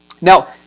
Now